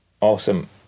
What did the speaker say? awesome